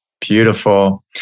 Beautiful